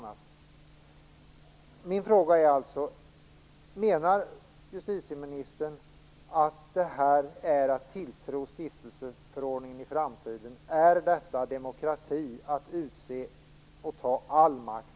Det är den springande punkten. Min fråga är alltså: Menar justitieministern att detta är att tilltro stiftelseförordningen i framtiden? Är det demokrati att utse alla och ta all makt?